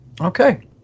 Okay